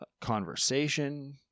conversation